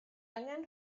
angen